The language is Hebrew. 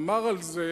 אמר על זה